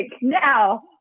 now